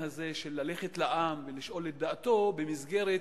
הזה של ללכת לעם ולשאול את דעתו במסגרת